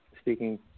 speaking